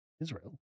Israel